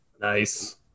Nice